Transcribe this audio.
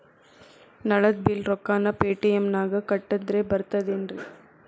ನಳದ್ ಬಿಲ್ ರೊಕ್ಕನಾ ಪೇಟಿಎಂ ನಾಗ ಕಟ್ಟದ್ರೆ ಬರ್ತಾದೇನ್ರಿ?